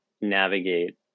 navigate